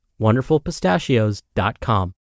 wonderfulpistachios.com